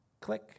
Click